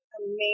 amazing